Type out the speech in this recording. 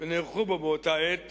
ונערכו בו באותה עת